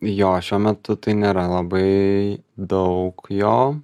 jo šiuo metu tai nėra labai daug jo